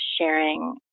sharing